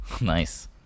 Nice